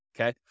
Okay